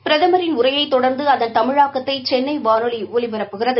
பிரதமின் உரையைத் தொடர்ந்து அதன் தமிழாக்கத்தை சென்னை வானொலி ஒலிபரப்புகிறது